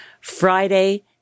Friday